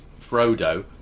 Frodo